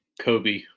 Kobe